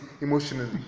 emotionally